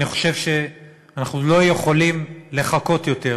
אני חושב שאנחנו לא יכולים לחכות יותר,